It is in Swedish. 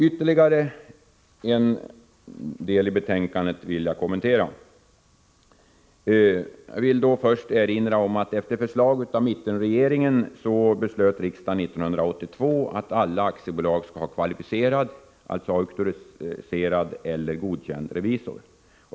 Ytterligare en del i betänkandet vill jag kommentera. Först vill jag erinra om att riksdagen 1982 efter ett förslag av mittenregeringen beslöt att alla aktiebolag skall ha kvalificerad — alltså auktoriserad eller godkänd -— revisor.